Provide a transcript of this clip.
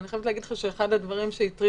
ואני חייבת להגיד לך שאחד הדברים שהטרידו